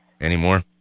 Anymore